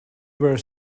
were